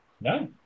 No